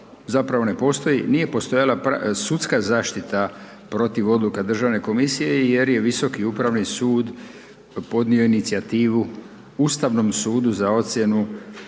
zapravo nije postojala sudska zaštita protiv odluka Državne komisije jer je Visoki upravni sud podnio inicijativu Ustavnom sudu za ocjenu